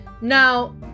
now